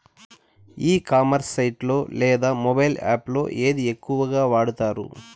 ఈ commerce site లో లేదా మొబైల్ యాప్ లో ఏది ఎక్కువగా వాడుతారు?